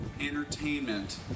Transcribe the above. Entertainment